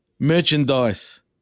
Merchandise